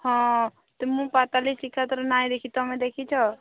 ହଁ ତ ମୁଁ ପାତାଲି ଶିକାଦର ନାଇଁ ଦେଖି ତୁମେ ଦେଖିଛ